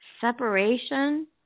Separation